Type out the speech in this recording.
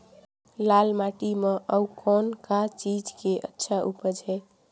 लाल माटी म अउ कौन का चीज के अच्छा उपज है?